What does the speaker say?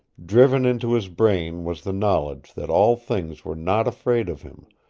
driven into his brain was the knowledge that all things were not afraid of him,